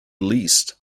least